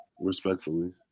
respectfully